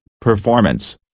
performance